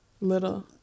little